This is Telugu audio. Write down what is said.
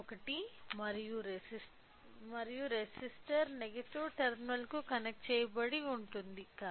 ఒకటి మరియు రెసిస్టర్ నెగటివ్ టెర్మినల్కు కనెక్ట్ చెయ్యబడి ఉంటుంది కాబట్టి